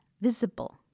visible